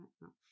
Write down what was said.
No